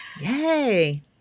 Yay